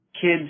kids